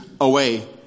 away